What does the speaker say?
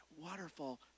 waterfall